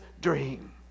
dream